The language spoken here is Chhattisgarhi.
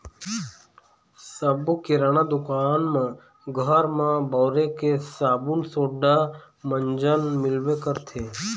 सब्बो किराना दुकान म घर म बउरे के साबून सोड़ा, मंजन मिलबे करथे